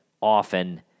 often